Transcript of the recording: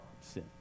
sin